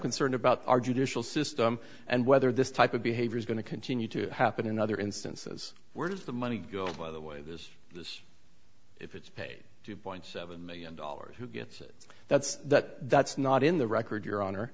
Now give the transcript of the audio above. concerned about our judicial system and whether this type of behavior is going to continue to happen in other instances where does the money go by the way this this if it's paid two point seven million dollars who gets it that's that that's not in the record your honor